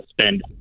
spend